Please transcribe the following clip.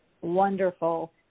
wonderful